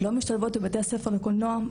לא משתלבות בבתי הספר לקולנוע,